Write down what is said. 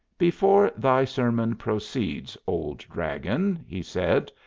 before thy sermon proceeds, old dragon, he said,